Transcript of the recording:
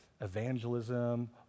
evangelism